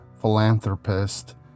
philanthropist